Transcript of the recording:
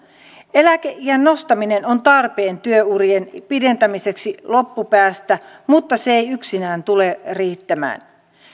eläkeiän nostaminen on tarpeen työurien pidentämiseksi loppupäästä mutta se ei yksinään tule riittämään